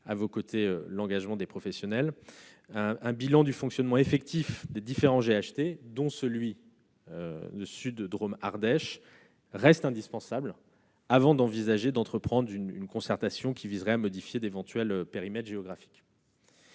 à vos côtés, l'engagement des professionnels -, un bilan du fonctionnement effectif des différents GHT, dont le GHT Sud Drôme-Ardèche, reste indispensable avant d'envisager une concertation qui viserait à modifier d'éventuels périmètres géographiques.